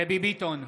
דבי ביטון,